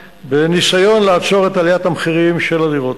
בניסיון לעצור את עליית המחירים של הדירות.